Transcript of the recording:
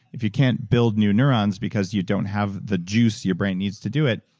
if you can't build new neurons because you don't have the juice your brain needs to do it,